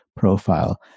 profile